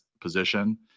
position